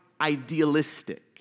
idealistic